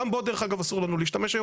גם בו, דרך אגב, אסור לנו להשתמש היום.